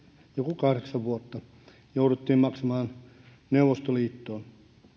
joku kahdeksan vuotta jouduttiin maksamaan neuvostoliittoon